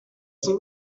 sont